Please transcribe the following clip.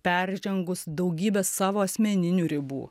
peržengus daugybę savo asmeninių ribų